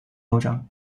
酋长